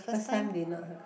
first time did not [huh]